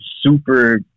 super